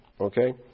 Okay